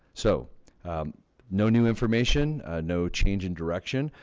so no new information no change in direction.